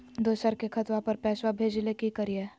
दोसर के खतवा पर पैसवा भेजे ले कि करिए?